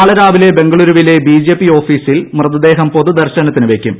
നാളെ രാവിലെ ബംഗളൂരുവിലെ ബിജെപി ഓഫീസിൽ മൃതദേഹം പൊതുദർശനത്തിനു വയ്ക്കും